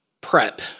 prep